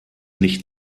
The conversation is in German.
nicht